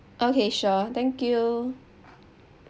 okay sure thank you